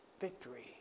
Victory